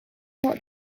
not